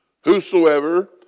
Whosoever